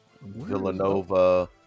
Villanova